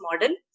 model